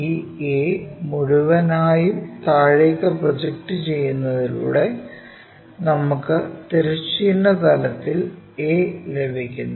ഈ A മുഴുവനായും താഴേക്ക് പ്രൊജക്റ്റുചെയ്യുന്നതിലൂടെ നമുക്ക് തിരശ്ചീന തലത്തിൽ a ലഭിക്കുന്നു